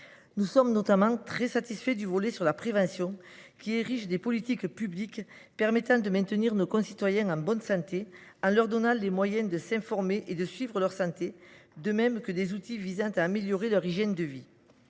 Nous sommes notamment très satisfaits du volet relatif à la prévention, qui érige des politiques publiques permettant de maintenir nos concitoyens en bonne santé, en leur donnant les moyens de s’informer et de suivre leur santé, de même que des outils visant à améliorer leur hygiène de vie.